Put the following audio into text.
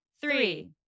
Three